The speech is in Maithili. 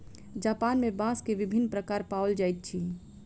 जापान में बांस के विभिन्न प्रकार पाओल जाइत अछि